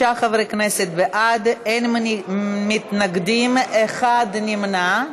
46 חברי כנסת בעד, אין מתנגדים, אחד נמנע.